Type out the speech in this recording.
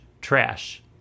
trash